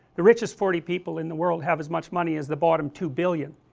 the richest forty people in the world have as much money as the bottom two billion